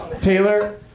Taylor